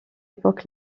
époque